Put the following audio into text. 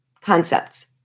concepts